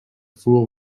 fool